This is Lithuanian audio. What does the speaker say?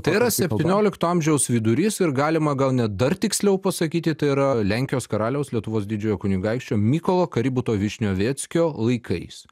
tai yra septyniolikto amžiaus vidurys ir galima gal net dar tiksliau pasakyti tai yra lenkijos karaliaus lietuvos didžiojo kunigaikščio mykolo kaributo višnioveckio laikais